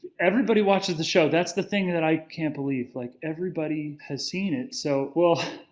everybody watches the show. that's the thing that i can't believe. like, everybody has seen it. so, we'll.